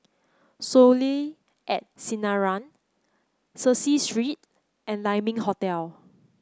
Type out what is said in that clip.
Soleil at Sinaran Cecil Street and Lai Ming Hotel